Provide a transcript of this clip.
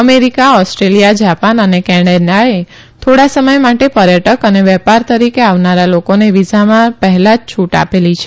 America Australia Japan અને કેનેશાએ થોશા સમય માટે પર્યટક અને વેપાર તરીકે આવનારા લોકોને વિઝામાં પહેલા જ છૂટ આપેલી છે